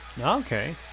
Okay